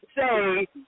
say